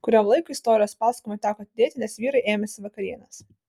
kuriam laikui istorijos pasakojimą teko atidėti nes vyrai ėmėsi vakarienės